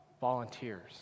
volunteers